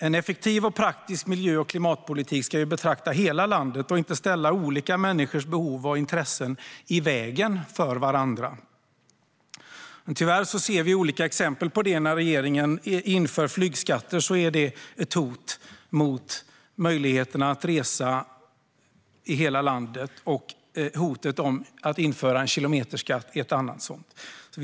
En effektiv och praktisk miljö och klimatpolitik ska beakta hela landet och inte ställa olika människors behov och intressen i vägen för varandra. Tyvärr ser vi olika exempel på det. När regeringen inför flygskatter är det ett hot mot möjligheterna att resa i hela landet, och hotet om att införa en kilometerskatt är ett annat sådant hot.